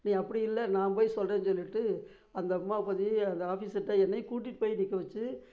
நீ அப்படி இல்லை நான் போய் சொல்கிறேன் சொல்லிவிட்டு அந்த அம்மா பற்றி அந்த ஆஃபீஸர்கிட்ட என்னையும் கூட்டிகிட்டு போய் நிற்க வெச்சு